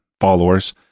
followers